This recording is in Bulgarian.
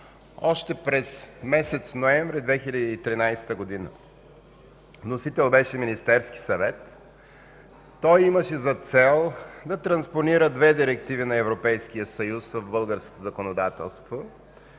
още през месец ноември 2013 г. Вносител беше Министерският съвет. Той имаше за цел да транспонира две директиви на Европейския съюз в българското законодателство